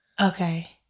Okay